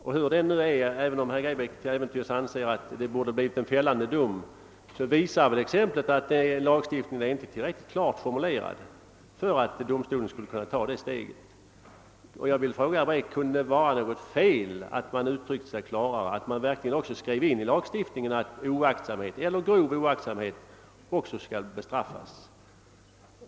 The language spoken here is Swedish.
Oavsett om herr Grebäck till äventyrs menar att det borde ha blivit en fällande dom visar exemplet att lagen inte är tillräckligt klart formulerad för att domstolen skulle kunna ta ett sådant steg. Jag frågar nu om det kan vara på något sätt felaktigt att uttrycka sig klarare genom att i lagen verkligen skriva in att också oaktsamhet eller grov oaktsamhet skall bestraffas.